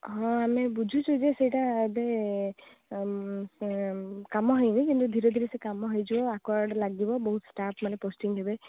ହଁ ଆମେ ବୁଝୁଛୁ ଯେ ସେଇଟା ଏବେ କାମ ହେଇନି କିନ୍ତୁ ଧୀରେ ଧୀରେ ସେ କାମ ହେଇଯିବ ଆକ୍ୱାଗାର୍ଡ଼ ଲାଗିବ ବହୁତ ଷ୍ଟାଫ୍ ମାନେ ପୋଷ୍ଟିଂ ହେବେ